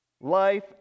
life